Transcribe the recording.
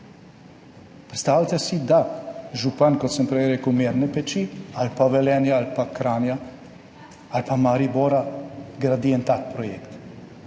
Predstavljajte si, da župan, kot sem prej rekel Mirne Peči ali pa Velenja ali pa Kranja ali pa Maribora, gradi en tak projekt.